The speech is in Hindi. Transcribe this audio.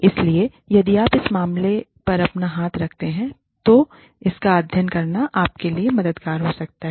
इसलिए यदि आप उस मामले पर अपना हाथ रख सकते हैं तो इसका अध्ययन करना आपके लिए मददगार हो सकता है